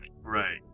Right